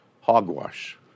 Hogwash